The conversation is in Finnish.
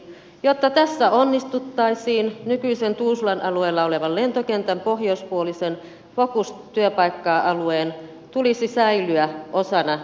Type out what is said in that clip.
jotta tässä onnistuttaisiin nykyisen tuusulan alueella olevan lentokentän pohjoispuolisen focus työpaikka alueen tulisi säilyä osana suurkuntaa